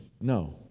No